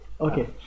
Okay